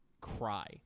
cry